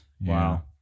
Wow